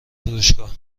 فروشگاه